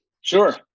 Sure